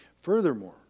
Furthermore